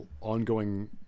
ongoing